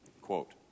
Quote